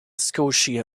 scotia